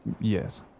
Yes